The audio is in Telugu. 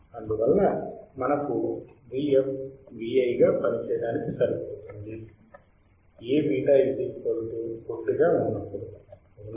అందువల్ల మనకుVf Vi గా పనిచేయడానికి సరిపోతుంది Aβ 1 గా ఉన్నప్పుడు అవునా